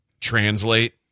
translate